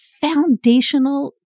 foundational